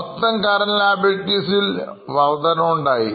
മൊത്തം Current Liabilities ൽ വർധനവുണ്ടായി